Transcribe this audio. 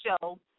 show